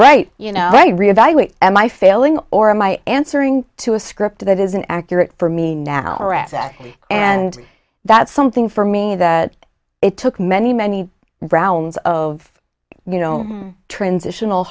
write you know my failing or my answering to a script that isn't accurate for me now and that's something for me that it took many many rounds of you know transitional